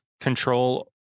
control